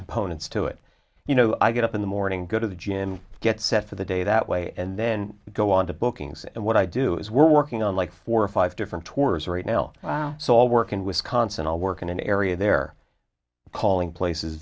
components to it you know i get up in the morning go to the gym get set for the day that way and then go on to bookings and what i do is we're working on like four or five different tours right now so i'll work in wisconsin i'll work in an area they're calling places